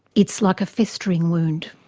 it's like a festering wound.